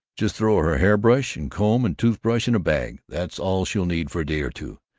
just throw her hair-brush and comb and tooth-brush in a bag that's all she'll need for a day or two,